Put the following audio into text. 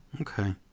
Okay